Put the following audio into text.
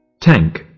Tank